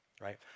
right